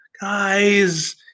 guys